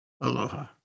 aloha